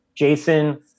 Jason